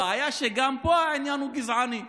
הבעיה שגם פה העניין הוא גזעני.